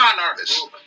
artists